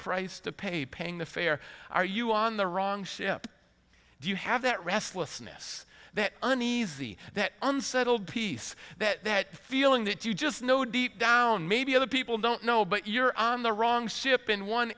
price to pay paying the fair are you on the wrong ship do you have that restlessness that uneasy that unsettled peace that that feeling that you just know deep down maybe other people don't know but you're on the wrong ship in one